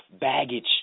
baggage